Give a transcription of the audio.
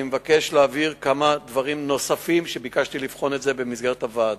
אני מבקש להבהיר כמה דברים נוספים שביקשתי לבחון במסגרת הוועדה.